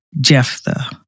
Jephthah